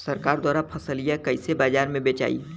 सरकार द्वारा फसलिया कईसे बाजार में बेचाई?